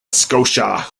scotia